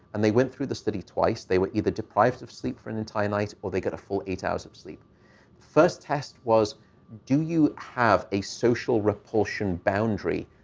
and they went through the study twice. they were either deprived of sleep for an entire night, or they got a full eight hours of sleep. the first test was do you have a social repulsion boundary,